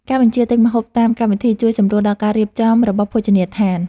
ការបញ្ជាទិញម្ហូបតាមកម្មវិធី ជួយសម្រួលដល់ការរៀបចំរបស់ភោជនីយដ្ឋាន។